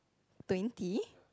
twenty